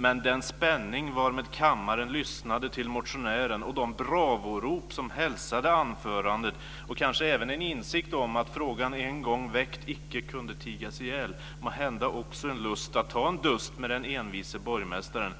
Men den spänning varmed kammaren lyssnade till motionären och de bravorop som hälsade anförandet och kanske även en insikt om, att frågan en gång väckt icke kunde tigas ihjäl, måhända också en lust att ta en dust med den envise borgmästaren,